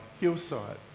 hillside